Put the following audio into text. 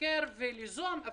לבקר וליזום.